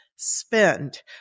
Spend